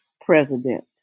president